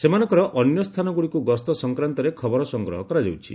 ସେମାନଙ୍କର ଅନ୍ୟ ସ୍ଥାନଗୁଡ଼ିକୁ ଗସ୍ତ ସଂକ୍ରାନ୍ତରେ ଖବର ସଂଗ୍ରହ କରାଯାଉଛି